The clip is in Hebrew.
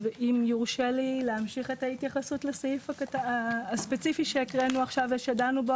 אני ממשיכה את התייחסותי לסעיף הספציפי שהקראנו עכשיו ודנו בו